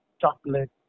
chocolate